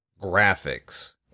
graphics